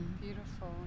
Beautiful